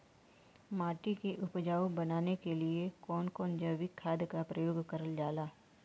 माटी के उपजाऊ बनाने के लिए कौन कौन जैविक खाद का प्रयोग करल जाला?